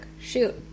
Shoot